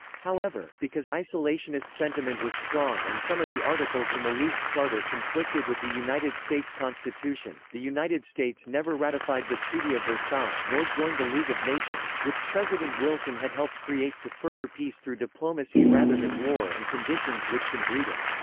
however, because isolationist sentiment was strong and some of the articles in the league's charter conflicted with the united states constitution, the united states never ratified the treaty of versailles nor joined the league of nations, which president wilson had helped create, to further peace through diplomacy rather than war and conditions which can breed it.